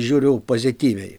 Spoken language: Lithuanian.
žiūriu pozityviai